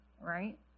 right